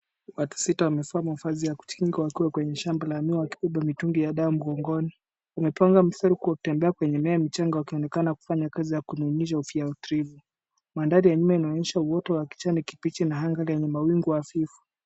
Watu sita wamevaa mavazi ya kujikinga wakiwa kwenye shamba la miwa, wakibeba mitungi ya dawa mgongoni. Wametwanga mstari huku wakitembea kwenye eneo la mchanga wakionekana kufanya kazi ya kunyunyiza ufyaturivu . Mandhari ya nyuma inaonyesha uoto wa kijani kibichi na anga lenye mawingu hafifu.